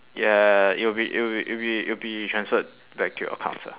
ya it'll be it'll be it'll be it'll be transferred back to your account sir